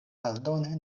aldone